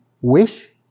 wish